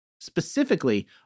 Specifically